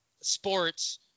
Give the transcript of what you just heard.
sports